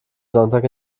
sonntag